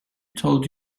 told